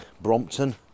Brompton